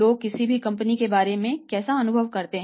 लोग किसी भी कंपनी के बारे में कैसा अनुभव करते हैं